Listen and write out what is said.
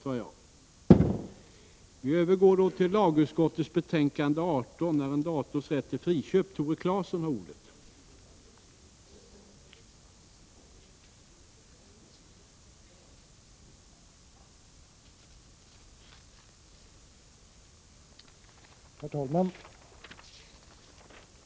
På det området skall Margitta Edgren inte komma med några klurigheter, för då är hon på fel väg.